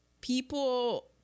people